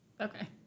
Okay